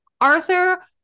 Arthur